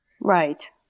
Right